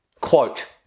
quote